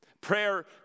Prayer